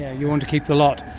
you want to keep the lot.